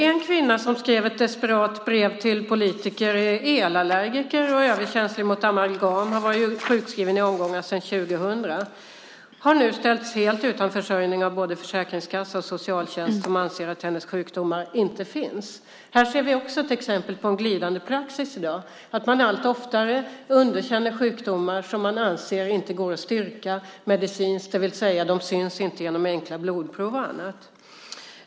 En kvinna som har skrivit ett desperat brev till politiker är elallergiker och överkänslig mot amalgam. Hon har varit sjukskriven i omgångar sedan 2000. Hon har nu ställts helt utan försörjning av både försäkringskassa och socialtjänst. De anser att hennes sjukdomar inte finns. Här ser vi också ett exempel på en glidande praxis i dag. Allt oftare underkänns sjukdomar som man anser inte kan styrkas medicinskt, det vill säga de syns inte i enkla blodprov.